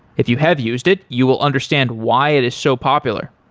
if you have used it, you will understand why it is so popular.